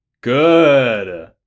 Good